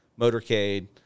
motorcade